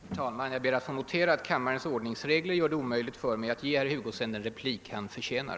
Herr talman! Jag ber att få notera att kammarens ordningsregler gör det omöjligt för mig att ge herr Hugosson den replik som han förtjänar.